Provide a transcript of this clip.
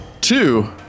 Two